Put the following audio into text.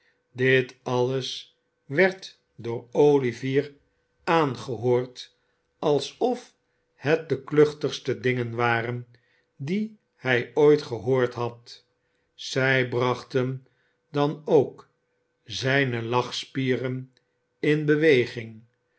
dit alles werd door olivier aangehoord alsof het de kluchtigste dingen waren die hij ooit gehoord had zij brachten dan ook zijne lachspieren in beweging